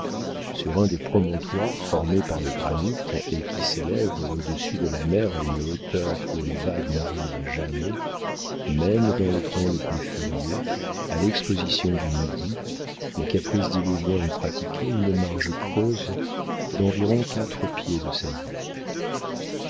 sur un des promontoires formés par le granit et qui s'élèvent au-dessus de la mer à une hauteur où les vagues n'arrivent jamais même dans les temps les plus furieux à l'exposition du midi les caprices diluviens ont pratiqué une marge creuse d'environ quatre pieds de saillie